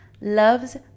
loves